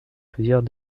plusieurs